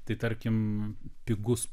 tai tarkim pigus